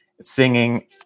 singing